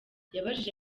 yabajije